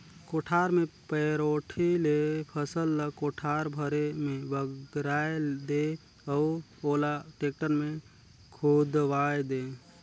कोठार मे पैरोठी ले फसल ल कोठार भरे मे बगराय दे अउ ओला टेक्टर मे खुंदवाये दे